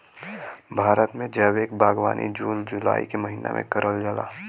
भारत में जैविक बागवानी जून जुलाई के महिना में करल जाला